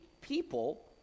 people